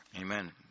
Amen